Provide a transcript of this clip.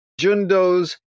Jundo's